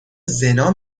زنا